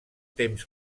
temps